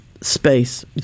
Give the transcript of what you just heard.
space